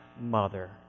mother